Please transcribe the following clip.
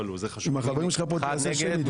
אחד נגד.